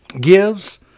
gives